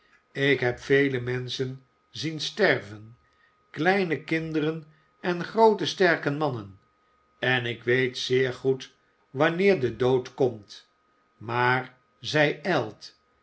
ik heb vele menschen zien sterven kleine kinderen en groote sterke mannen en ik weet zeer goed wanneer de dood komt maar zij ijlt